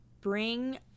bring